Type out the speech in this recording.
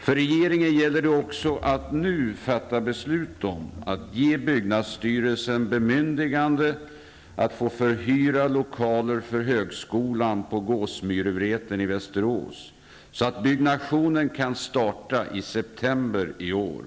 För regeringen gäller det också att nu fatta beslut om att ge byggnadsstyrelsen bemyndigande att få förhyra lokaler för högskolan på Gåsmyrevreten i Västerås, så att byggnation kan starta i september i år.